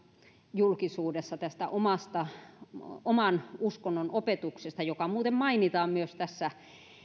julkisuudessa tästä oman uskonnon opetuksesta joka muuten mainitaan myös tässä